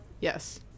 yes